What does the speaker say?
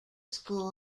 school